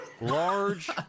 Large